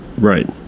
Right